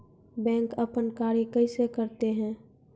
Bank अपन कार्य कैसे करते है?